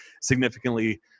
significantly